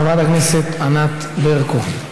חברת הכנסת ענת ברקו.